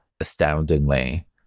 astoundingly